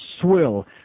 swill